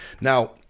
Now